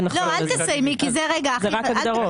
זה רק הגדרות.